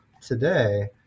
today